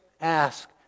ask